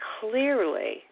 clearly